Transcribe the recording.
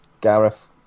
Gareth